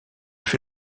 fut